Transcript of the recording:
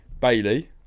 Bailey